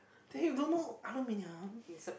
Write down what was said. then you don't know aluminium